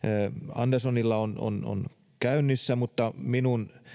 anderssonilla on on käynnissä mutta minun